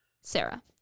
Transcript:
Sarah